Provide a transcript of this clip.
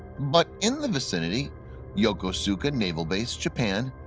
but in the vicinity yokosuka naval base, japan,